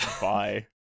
Bye